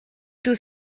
tous